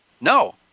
No